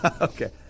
Okay